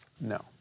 No